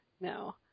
No